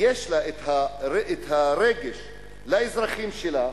יש לה רגש לאזרחים שלה,